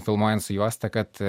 filmuojant su juosta kad